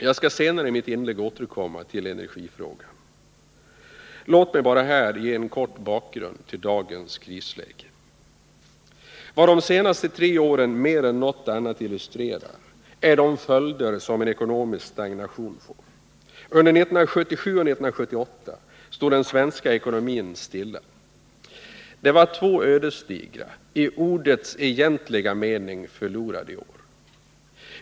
Jag skall senare i mitt inlägg återkomma till energifrågan. Låt mig här bara helt kort ge en bakgrund till dagens krisläge. Vad de senaste tre åren mer än något annat illustrerar är de följder som en ekonomisk stagnation får. Under 1977 och 1978 stod den svenska ekonomin stilla. Det var två ödesdigra, i ordets egentliga mening förlorade år.